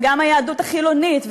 וגם היהדות החילונית,